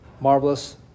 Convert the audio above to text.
marvelous